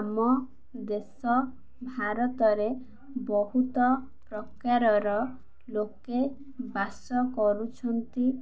ଆମ ଦେଶ ଭାରତରେ ବହୁତ ପ୍ରକାରର ଲୋକ ବାସ କରୁଛନ୍ତି